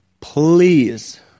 Please